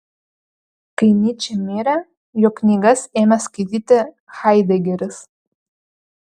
kai nyčė mirė jo knygas ėmė skaityti haidegeris